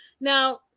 Now